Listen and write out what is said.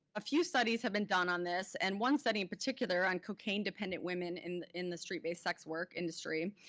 a few studies have been done on this, and one study in particular on cocaine-dependent women in in the street-based sex work industry.